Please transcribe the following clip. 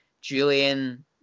Julian